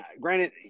Granted